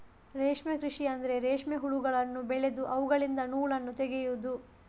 ರೇಷ್ಮೆ ಕೃಷಿ ಅಂದ್ರೆ ರೇಷ್ಮೆ ಹುಳಗಳನ್ನು ಬೆಳೆದು ಅವುಗಳಿಂದ ನೂಲನ್ನು ತೆಗೆಯುದು